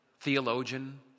theologian